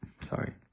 sorry